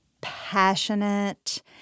passionate